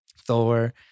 Thor